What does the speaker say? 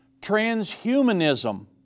transhumanism